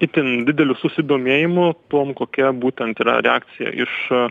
itin dideliu susidomėjimu tuom kokia būtent yra reakcija iš